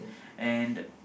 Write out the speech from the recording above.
and